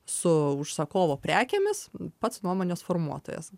su užsakovo prekėmis pats nuomonės formuotojas